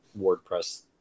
WordPress